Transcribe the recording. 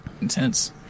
intense